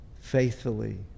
faithfully